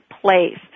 Place